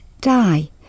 die